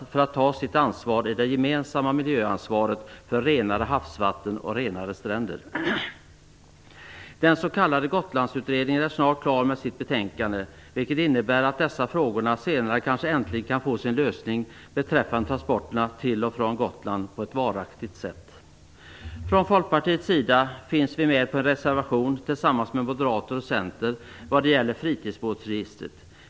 Sjöfarten måste ta sitt ansvar i det gemensamma miljöansvaret för renare havsvatten och renare stränder. Den s.k. Gotlandsutredningen är snart klar med sitt betänkande. Det innebär att frågorna kanske äntligen kan få sin lösning på ett varaktigt sätt när det gäller transporterna till och från Gotland. Vi från Folkpartiet finns med på en reservation tillsammans med moderater och Centern vad gäller fritidsbåtsregistret.